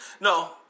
no